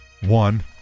One